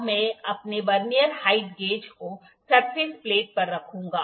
अब मैं अपने वर्नियर हाइट गेज को सरफेस प्लेट पर रखूंगा